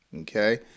Okay